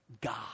God